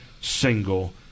single